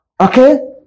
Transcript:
Okay